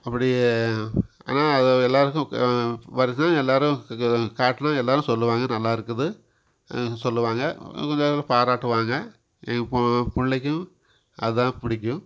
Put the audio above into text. அப்படி ஆனால் அதை எல்லாருக்கும் கா எல்லாரும் கா காட்டுனால் எல்லாரும் சொல்லுவாங்க நல்லாருக்குது சொல்லுவாங்க பாராட்டுவாங்க எங்கள் போ பிள்ளைக்கும் அது தான் பிடிக்கும்